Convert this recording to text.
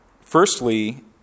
Firstly